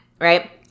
right